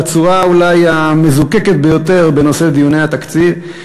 בצורה אולי המזוקקת ביותר בנושא דיוני התקציב.